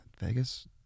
Vegas